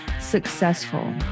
successful